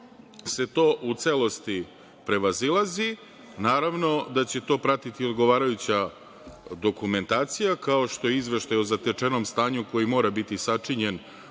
se to u celosti prevazilazi. Naravno da će pratiti odgovarajuća dokumentacija, kao što je izveštaj o zatečenom stanju koji mora biti sačinjen